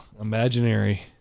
Imaginary